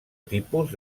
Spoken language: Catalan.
tipus